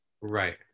right